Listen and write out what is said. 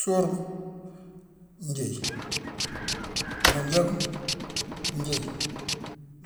Suurma njééye; manjaguma njééye;